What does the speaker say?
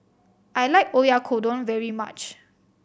I like Oyakodon very much